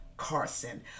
Carson